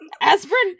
Aspirin-